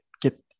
get